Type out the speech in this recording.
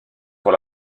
pour